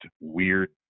weird